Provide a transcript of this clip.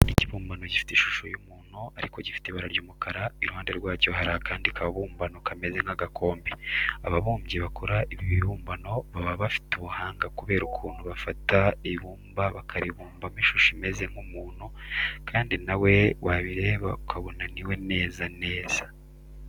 Ikibumbano gifite ishusho y'umuntu ariko gifite ibara ry'umukara, iruhande rwacyo hari akandi kabumbano kameze nk'agakombe. Ababumbyi bakora ibi bibumbano baba bafite ubuhanga kubera ukuntu bafata ibumba bakaribumbamo ishusho imeze nk'umuntu kandi nawe wabireba ukabona ni we neza neza.